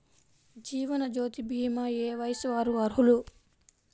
జీవనజ్యోతి భీమా ఏ వయస్సు వారు అర్హులు?